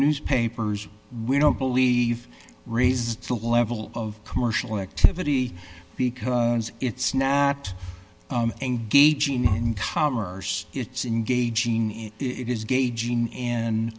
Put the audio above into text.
newspapers we don't believe raised the level of commercial activity because it's not engaging in commerce it's in gauging it is gay gene and